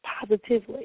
positively